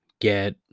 get